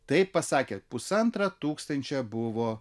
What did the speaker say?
taip pasakė pusantro tūkstančio buvo